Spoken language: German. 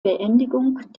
beendigung